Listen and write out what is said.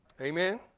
Amen